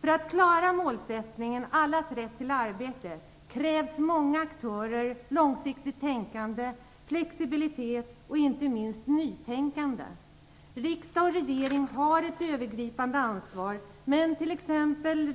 För att klara målsättningen allas rätt till arbete krävs det många aktörer, ett långsiktigt tänkande, flexibilitet och, inte minst, ett nytänkande. Riksdag och regering har ett övergripande ansvar, men t.ex.